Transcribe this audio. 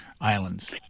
Islands